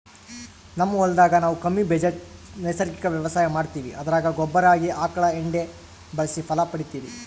ನಮ್ ಹೊಲದಾಗ ನಾವು ಕಮ್ಮಿ ಬಜೆಟ್ ನೈಸರ್ಗಿಕ ವ್ಯವಸಾಯ ಮಾಡ್ತೀವಿ ಅದರಾಗ ಗೊಬ್ಬರ ಆಗಿ ಆಕಳ ಎಂಡೆ ಬಳಸಿ ಫಲ ಪಡಿತಿವಿ